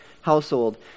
household